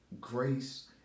grace